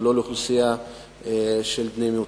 ולא לאוכלוסייה של בני מיעוטים,